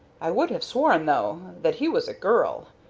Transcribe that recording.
i would have sworn, though, that he was a girl.